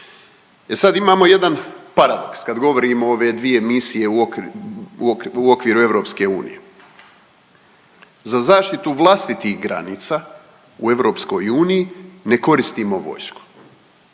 sad imamo jedan paradoks kad govorimo o ove dvije misije u okviru EU. Za zaštitu vlastitih granica u EU ne koristimo vojsku